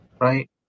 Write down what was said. right